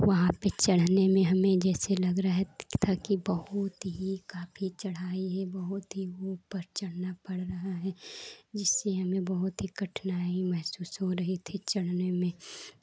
वहाँ पे चढ़ने में हमें जैसे लग रहा था कि बहुत ही काफी चढ़ाई हो बहुत ही ऊपर चढ़ना पर रहा है इससे हमें बहुत ही कठिनाई महसूस हो रही थी चढ़ने में